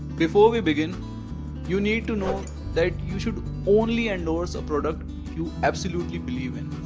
before we begin you need to know that you should only endorse a product you absolutely believe in.